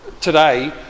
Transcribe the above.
today